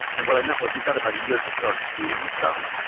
and what i meant was we've got about a year to start doing stuff,